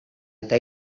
eta